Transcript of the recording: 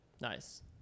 Nice